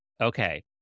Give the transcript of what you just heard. Okay